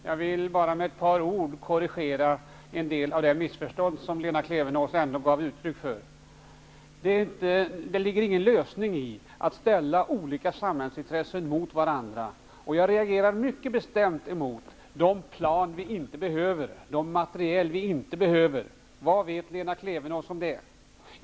Herr talman! Jag vill med ett par ord korrigera en del av de missförstånd som Lena Klevenås gav uttryck för. Det är inte någon lösning att ställa olika samhällsintressen mot varandra. Jag reagerar mycket bestämt emot att Lena Klevenås talar om de plan och den materiel som vi inte behöver. Vad vet Lena Klevenås om det?